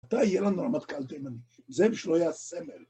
מתי יהיה לנו רמטכ"ל תימני? זה בשבילו היה הסמל.